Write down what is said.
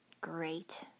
Great